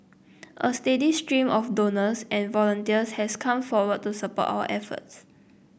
a steady stream of donors and volunteers has come forward to support our efforts